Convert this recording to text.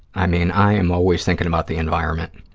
i mean, i am always thinking about the environment.